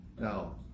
Now